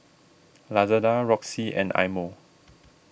Lazada Roxy and Eye Mo